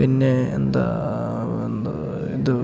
പിന്നെ എന്താ എന്ത് എന്ത്